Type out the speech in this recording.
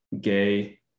Gay